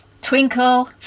twinkle